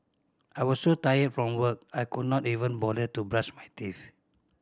I was so tired from work I could not even bother to brush my teeth